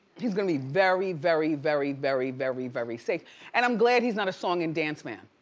he's gonna be very, very, very, very, very very safe and i'm glad he's not a song-and-dance man.